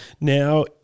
Now